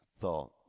thought